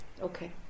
Okay